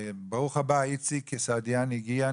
איציק סעידיאן הגיע,